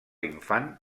infant